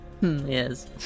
Yes